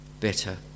bitter